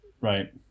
Right